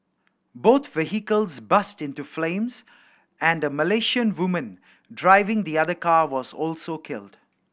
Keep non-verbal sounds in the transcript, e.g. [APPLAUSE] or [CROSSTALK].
both vehicles [UNINTELLIGIBLE] into flames and a Malaysian woman driving the other car was also killed